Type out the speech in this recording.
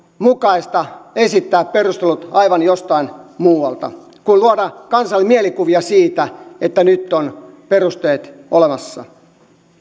mukaista esittää perustelut aivan jostain muualta kuin luoda kansalle mielikuvia siitä että nyt on perusteet olemassa